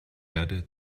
erde